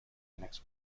connects